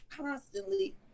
constantly